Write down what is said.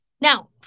Now